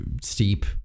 Steep